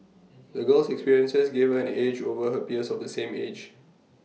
the girl's experiences gave her an edge over her peers of the same age